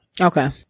Okay